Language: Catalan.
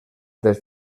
des